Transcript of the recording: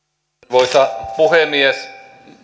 arvoisa puhemies